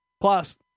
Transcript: Plus